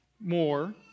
more